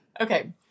Okay